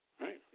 Right